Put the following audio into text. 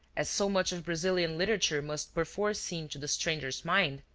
as so much of brazilian literature must perforce seem to the stranger's mind,